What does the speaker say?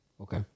Okay